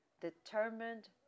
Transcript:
determined